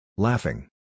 Laughing